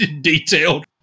detailed